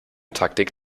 taktik